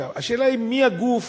השאלה היא מי הגוף